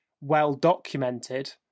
well-documented